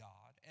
God